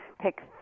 Pick